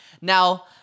Now